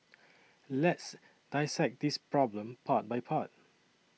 let's dissect this problem part by part